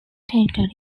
territory